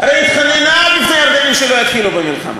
הרי היא התחננה בפני הירדנים שלא יתחילו במלחמה.